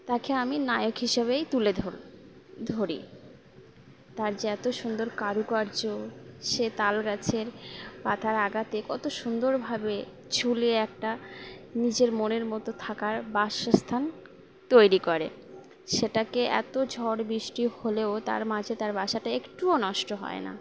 তাকে আমি নায়ক হিসাবেই তুলে ধর ধরি তার যে এত সুন্দর কারুকার্য সে তাল গাছের পথার আগাতে কত সুন্দরভাবে ছুলে একটা নিজের মনের মতো থাকার বাসস্থান তৈরি করে সেটাকে এতো ঝড় বৃষ্টি হলেও তার মাঝে তার বাসাটা একটুও নষ্ট হয় না